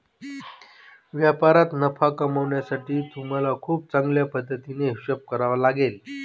व्यापारात नफा कमावण्यासाठी तुम्हाला खूप चांगल्या पद्धतीने हिशोब करावा लागेल